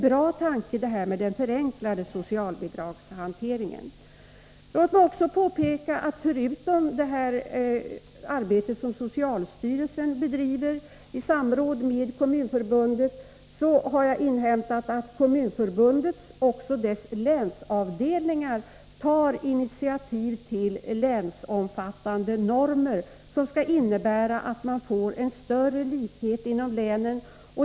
Den förenklade socialbidragshanteringen är en bra tanke. Jag har inhämtat att förutom det arbete som socialstyrelsen bedriver i samråd med Kommunförbundet tar Kommunförbundets länsavdelningar också initiativ till att utarbeta länsomfattande normer som skulle innebära att man får större likhet inom länen.